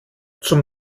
zum